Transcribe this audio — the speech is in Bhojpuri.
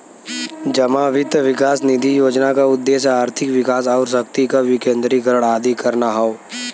जमा वित्त विकास निधि योजना क उद्देश्य आर्थिक विकास आउर शक्ति क विकेन्द्रीकरण आदि करना हौ